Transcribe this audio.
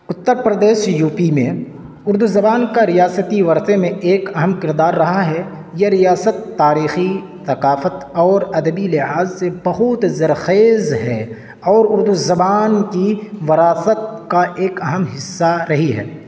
Uttar Pradesh UP پی میں اردو زبان کا ریاستی ورثے میں ایک اہم کردار رہا ہے یہ ریاست تاریخی ثقافت اور ادبی لحاظ سے بہت زرخیز ہے اور اردو زبان کی وراثت کا ایک اہم حصہ رہی ہے